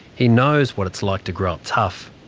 he knows what it's like to grow up tough.